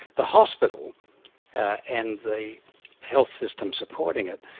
the hospital and the health system supporting it,